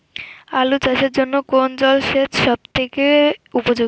আলু চাষের জন্য কোন জল সেচ সব থেকে উপযোগী?